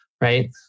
right